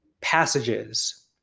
passages